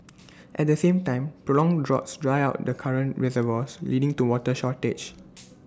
at the same time prolonged droughts dry out the current reservoirs leading to water shortage